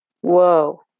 whoa